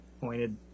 pointed